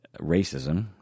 racism